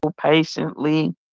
patiently